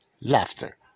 laughter